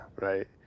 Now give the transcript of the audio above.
right